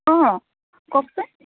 অঁ কওকচোন